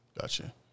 Gotcha